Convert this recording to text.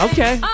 Okay